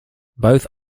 both